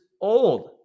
old